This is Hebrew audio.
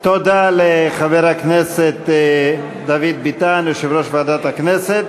תודה לחבר הכנסת דוד ביטן, יושב-ראש ועדת הכנסת.